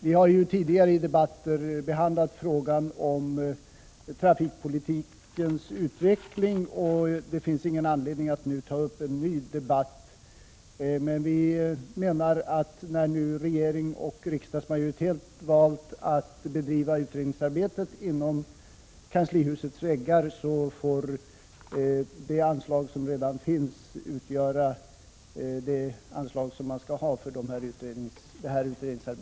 Vi har tidigare i debatter behandlat frågan om trafikpolitikens utveckling, och det finns ingen anledning att nu ta upp en ny debatt, men vi menar att när regering och riksdagsmajoritet valt att bedriva utredningsarbetet inom kanslihusets väggar bör detta arbete kunna bedrivas inom ramen för ordinarie anslag.